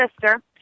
sister